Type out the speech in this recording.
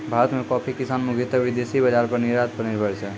भारत मॅ कॉफी किसान मुख्यतः विदेशी बाजार पर निर्यात पर निर्भर छै